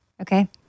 okay